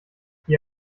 die